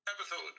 episode